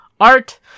art